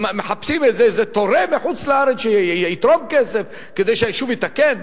ומחפשים איזה תורם מחוץ-לארץ שיתרום כסף כדי שהיישוב יתקן,